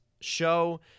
show-